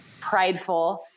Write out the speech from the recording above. prideful